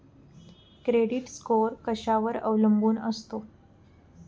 Credit score कशावर अवलंबून असतो?